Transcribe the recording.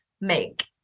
make